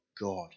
God